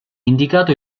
indicato